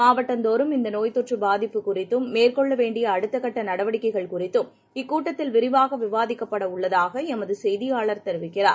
மாவட்டந்தோறும் இந்தநோய் தொற்றுபாதிப்பு குறித்தும் மேற்கொள்ளவேண்டியஅடுத்தக்கட்டநடவடிக்கைகள் இக்கூட்டத்தில் குறித்தம் விரிவாகவிவாதிக்கப்படஉள்ளதாகளமதுசெய்தியாளர் தெரிவிக்கிறார்